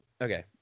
Okay